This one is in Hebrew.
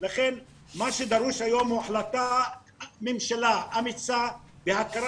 לכן מה שדרוש היום היא החלטת ממשלה אמיצה בהכרה